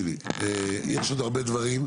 עוד הרבה דברים,